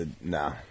nah